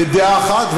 בדעה אחת,